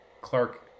Clark